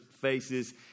faces